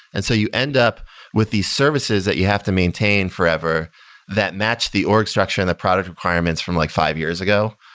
and so you end up with these services that you have to maintain forever that match the org structure and the product requirements from like five years ago.